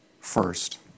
first